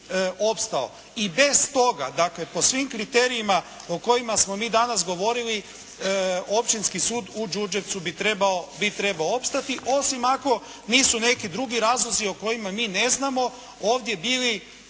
I bez toga, dakle po svim kriterijima o kojima smo mi danas govorili Općinski sud u Đurđevcu bi trebao opstati, osim ako nisu neki drugi razlozi o kojima mi ne znamo ovdje bili